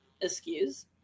excuse